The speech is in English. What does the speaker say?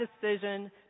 decision